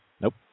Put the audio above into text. Nope